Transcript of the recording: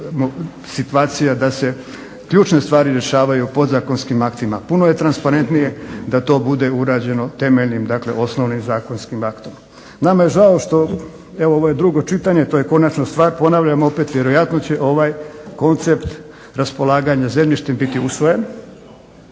situacija da se ključne stvari rješavaju podzakonskim aktima. Puno je transparentnije da to bude urađeno temeljnim, dakle osnovnim zakonskim aktom. Nama je žao što, evo ovo je drugo čitanje to je konačna stvar, ponavljam opet vjerojatno će ovaj koncept raspolaganja zemljištem biti usvojen,